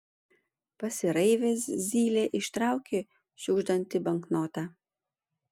pasiraivęs zylė ištraukė šiugždantį banknotą